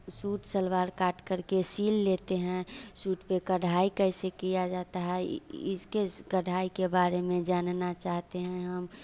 suit salwar काट करके सिल लेते हैं सूट पे कढ़ाई कैसे किया जाता है इसके कढ़ाई के बारे में जानना चाहते हैं हम